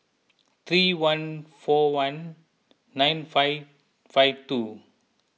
three one four one nine five five two